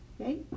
Okay